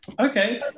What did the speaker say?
Okay